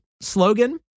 slogan